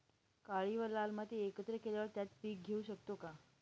काळी व लाल माती एकत्र केल्यावर त्यात पीक घेऊ शकतो का?